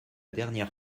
dernière